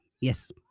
Yes